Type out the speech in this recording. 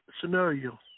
scenario